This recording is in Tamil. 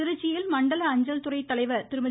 திருச்சியில் மண்டல அஞ்சல் துறைத் தலைவர் திருமதி